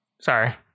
Sorry